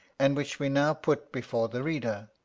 and which we now put before the reader.